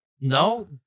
No